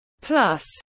Plus